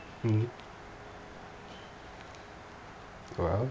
mmhmm !wow!